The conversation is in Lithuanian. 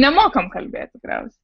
nemokam kalbėt tikriausiai